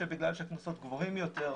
שבגלל שהקנסות גבוהים יותר,